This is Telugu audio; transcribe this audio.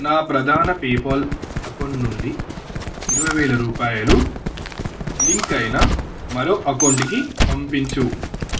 నా ప్రధాన పేపాల్ అకౌంట్ నుండి ఇరవై వేల రూపాయలు లింక్ అయిన మరో అకౌంట్కి పంపించు